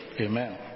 Amen